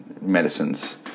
medicines